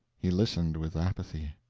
he listened with apathy.